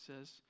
says